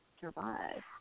survive